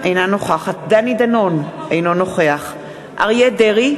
אינה נוכחת דני דנון, אינו נוכח אריה דרעי,